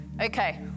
Okay